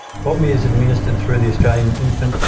copmi is administered through the australian infant,